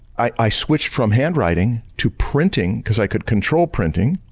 i switched from handwriting to printing because i could control printing.